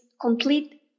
complete